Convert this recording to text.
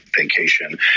vacation